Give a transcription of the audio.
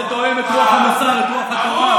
זה תואם את רוח המוסר, את רוח התורה?